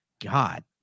God